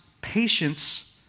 patience